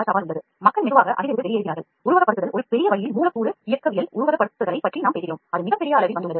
பாலிமர்களின் உருவாக்கம் குறித்து உங்களுக்கு நிறைய புரிதலைத் தரக்கூடிய வகையில் உருவகப்படுத்துதல் ஒரு பெரிய வழியில் மூலக்கூறு இயக்கவியல் பற்றி நவில்கிறது